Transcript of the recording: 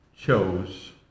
chose